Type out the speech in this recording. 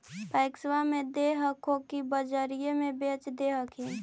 पैक्सबा मे दे हको की बजरिये मे बेच दे हखिन?